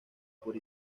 por